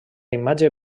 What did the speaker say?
imatge